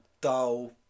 dull